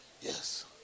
Yes